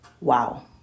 Wow